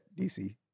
DC